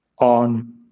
on